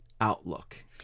outlook